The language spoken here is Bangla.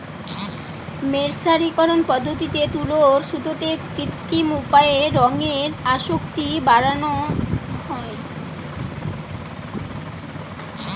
মের্সারিকরন পদ্ধতিতে তুলোর সুতোতে কৃত্রিম উপায়ে রঙের আসক্তি বাড়ানা হয়